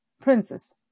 princes